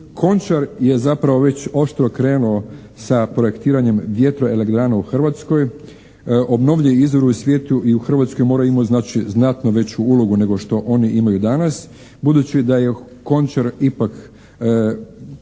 «Končar» je zapravo već oštro krenuo sa projektiranjem vjetroelektrana u Hrvatskoj. Obnovljivi izvori u svijetu i u Hrvatskoj moraju imati znatno veću ulogu nego što oni imaju danas. Budući da je Končar ipak